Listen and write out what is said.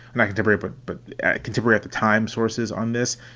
and canterbury but but canterbury at the time, sources on this.